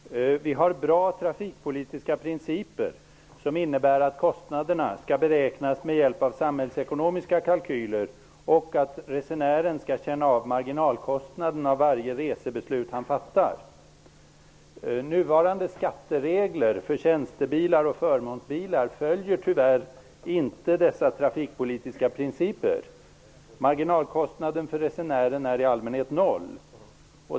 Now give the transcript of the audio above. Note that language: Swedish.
Fru talman! Vi har bra trafikpolitiska principer som innebär att kostnaderna skall beräknas med hjälp av samhällsekonomiska kalkyler och att resenären skall känna av marginalkostnaden av varje resebeslut han fattar. Nuvarande skatteregler för tjänstebilar och förmånsbilar följer tyvärr inte dessa trafikpolitiska principer. Marginalkostnaden för resenären är i allmänhet noll.